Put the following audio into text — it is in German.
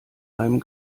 einem